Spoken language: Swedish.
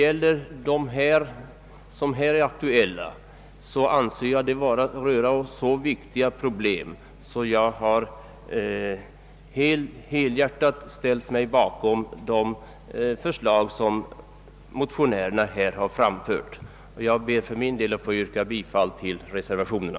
I likhet med herr Grebäck tycker jag nog också att det hade varit mera konse Herr talman! Jag ber alltså att få yrka bifall till reservationerna.